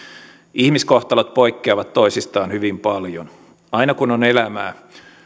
ihmiskohtalot poikkeavat toisistaan hyvin paljon aina kun on elämää